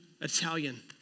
Italian